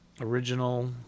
Original